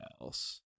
else